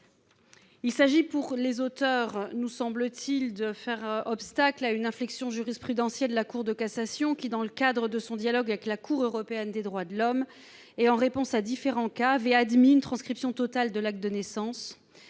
l'origine de l'introduction de cet article, de faire obstacle à une inflexion jurisprudentielle de la Cour de cassation qui, dans le cadre de son dialogue avec la Cour européenne des droits de l'homme et en réponse à différents cas, avait admis une transcription totale de l'acte de naissance